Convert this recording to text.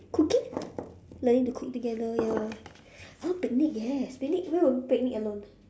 cooking learning to cook together ya oh picnic yes picnic where got people picnic alone